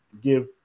give